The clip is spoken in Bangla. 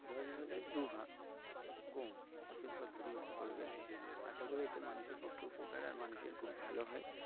দশ ভাগে দুভাগ কম ওষুধপত্র ইউজ করবে আশা করি এতে মানুষের পক্ষে উপকার আর মানুষের খুব ভালো হয়